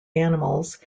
animals